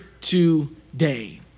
today